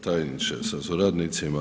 tajniče sa suradnicima.